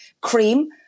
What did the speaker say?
cream